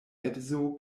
edzo